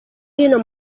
hino